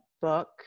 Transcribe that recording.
book